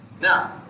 Now